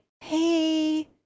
hey